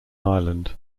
island